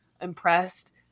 impressed